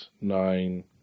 nine